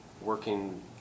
working